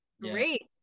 great